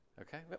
Okay